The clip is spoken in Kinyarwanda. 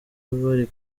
bari